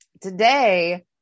today